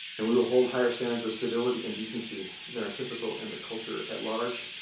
and we will hold higher standards of civility and decency than are typical in the culture at large.